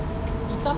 hitam pun